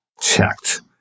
checked